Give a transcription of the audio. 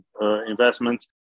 investments